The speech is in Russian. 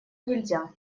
нельзя